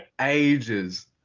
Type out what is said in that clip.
ages